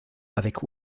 avec